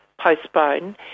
postpone